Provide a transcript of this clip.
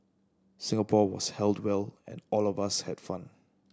Singapore was held well and all of us had fun